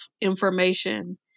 information